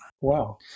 Wow